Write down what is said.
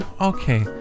okay